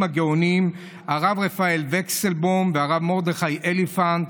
הגאונים הרב רפאל ויכסלבוים והרב מרדכי אליפנט,